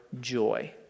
joy